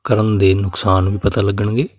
ਕਰਨ ਦੇ ਨੁਕਸਾਨ ਵੀ ਪਤਾ ਲੱਗਣਗੇ